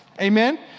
Amen